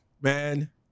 Man